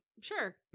sure